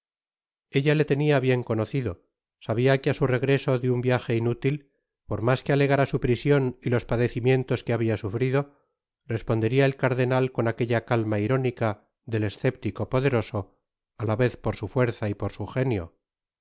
ella le tenia bien conocido sabia que á su regreso de un viaje inútil por mas que alegara su prision y los padecimientos que habia sufrido responderia el cardenal con aquella calma irónica del escéptico poderoso á la vez por su fuerza y por su genio